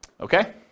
Okay